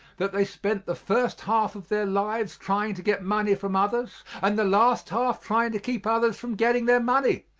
that they spent the first half of their lives trying to get money from others and the last half trying to keep others from getting their money,